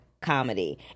comedy